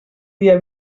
dia